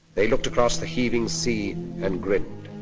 they looked across the heaving sea and grinned.